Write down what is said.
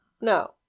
No